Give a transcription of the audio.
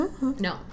No